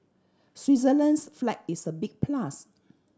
Switzerland's flag is a big plus